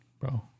bro